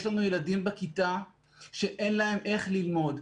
יש לנו ילדים בכיתה שאין להם איך ללמוד.